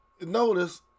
notice